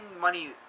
money